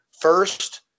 first